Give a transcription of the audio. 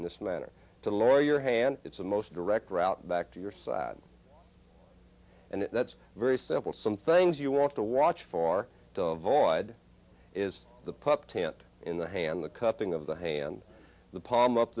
in this manner to lawyer your hand it's the most direct route back to your side and that's very simple some things you want to watch for the void is the pup tent in the hand the cupping of the hand the palm up